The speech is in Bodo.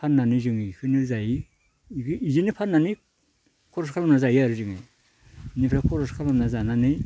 फाननानै जों इखोनो जायो इजोनो फाननानै खरस खालामना जायो आरो जोङो इनिफ्राय खरस खालामना जानानै